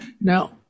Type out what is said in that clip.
Now